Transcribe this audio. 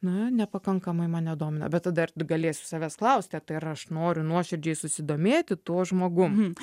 na nepakankamai mane domina bet tada ir galėsiu savęs klausti tai ir aš noriu nuoširdžiai susidomėti tuo žmogum